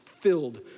filled